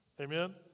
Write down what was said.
amen